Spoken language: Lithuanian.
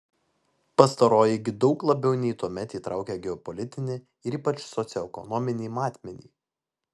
pastaroji gi daug labiau nei tuomet įtraukia geopolitinį ir ypač socioekonominį matmenį